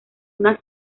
una